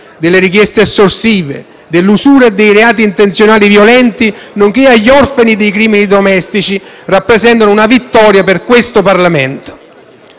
delle richieste estorsive, dell'usura e dei reati intenzionali violenti, nonché agli orfani dei crimini domestici rappresenta una vittoria per questo Parlamento.